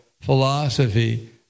philosophy